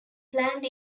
planned